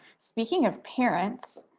speaking of parents,